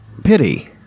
pity